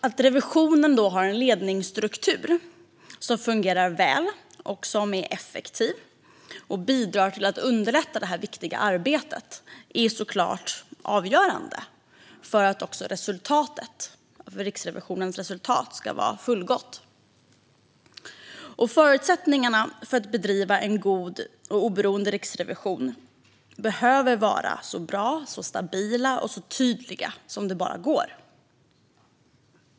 Att revisionen har en ledningsstruktur som fungerar väl, är effektiv och bidrar till att underlätta detta viktiga arbete är såklart avgörande för att Riksrevisionens resultat ska bli fullgott. Förutsättningarna att bedriva en god och oberoende riksrevision behöver vara så bra, stabila och tydliga som det bara går.